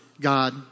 God